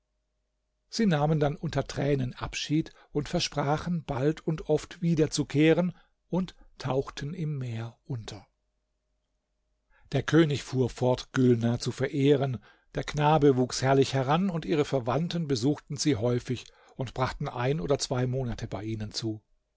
sie nahmen dann unter tränen abschied und versprachen bald und oft wiederzukehren und tauchten im meer unter der könig fuhr fort gülnar zu verehren der knabe wuchs herrlich heran und ihre verwandten besuchten sie häufig und brachten ein oder zwei monate bei ihnen zu